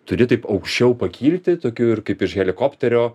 turi taip aukščiau pakilti tokiu ir kaip iš helikopterio